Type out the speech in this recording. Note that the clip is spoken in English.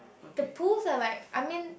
the pools are like I mean